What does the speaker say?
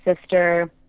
sister